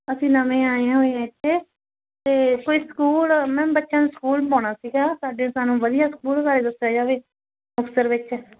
ਅਸੀਂ ਨਵੇਂ ਆਏ ਹੋਏ ਇੱਥੇ ਅਤੇ ਕੋਈ ਸਕੂਲ ਮੈਮ ਬੱਚਿਆਂ ਨੂੰ ਸਕੂਲ ਪਾਉਣਾ ਸੀਗਾ ਸਾਡੇ ਸਾਨੂੰ ਵਧੀਆ ਸਕੂਲ ਬਾਰੇ ਦੱਸਿਆ ਜਾਵੇ ਮੁਕਤਸਰ ਵਿੱਚ